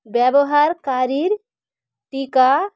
ব্যবহারকারীর টিকা